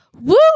Woo